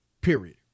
period